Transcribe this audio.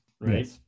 right